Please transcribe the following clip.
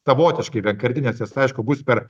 savotiškai vienkartinės jos aišku bus per